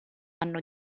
anno